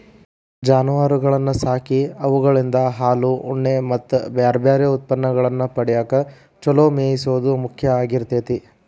ಜಾನುವಾರಗಳನ್ನ ಸಾಕಿ ಅವುಗಳಿಂದ ಹಾಲು, ಉಣ್ಣೆ ಮತ್ತ್ ಬ್ಯಾರ್ಬ್ಯಾರೇ ಉತ್ಪನ್ನಗಳನ್ನ ಪಡ್ಯಾಕ ಚೊಲೋ ಮೇಯಿಸೋದು ಮುಖ್ಯ ಆಗಿರ್ತೇತಿ